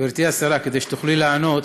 גברתי השרה, כדי שתוכלי לענות,